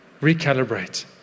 Recalibrate